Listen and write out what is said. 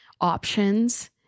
options